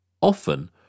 Often